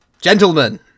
gentlemen